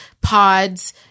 Pods